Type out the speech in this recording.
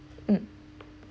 mm